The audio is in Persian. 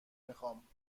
میخام